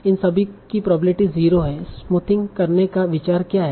इन सभी की प्रोबेबिलिटी 0 है स्मूथिंग करने का विचार क्या है